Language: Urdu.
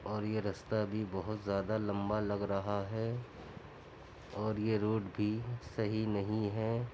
اور یہ رستہ بھی بہت زیادہ لمبا لگ رہا ہے اور یہ روڈ بھی صحیح نہیں ہے